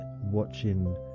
watching